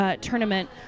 tournament